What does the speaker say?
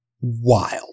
Wild